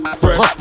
fresh